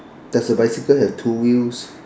does the bicycle have two wheels